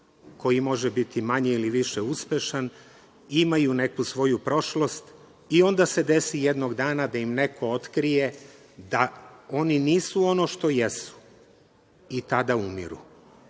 koji može biti manje ili više uspešan, imaju neku svoju prošlost i onda se desi jednog dana da im neko otkrije da oni nisu ono što jesu i tada umiru.